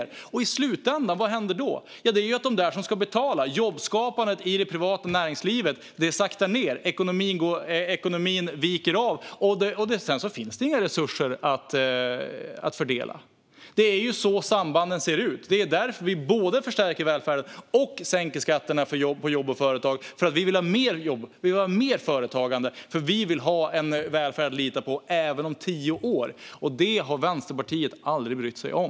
Vad händer i slutändan? Jo, de som ska betala - alltså de som står för jobbskapandet i det privata näringslivet - saktar ned, och ekonomin viker av. Sedan finns det inga resurser att fördela. Det är ju på det sättet sambanden ser ut. Det är därför vi både förstärker välfärden och sänker skatterna på jobb och företag, för vi vill ha mer företagande. Vi vill ha en välfärd att lita på även om tio år. Det har Vänsterpartiet aldrig brytt sig om.